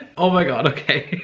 oh my god okay